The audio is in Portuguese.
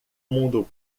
mundo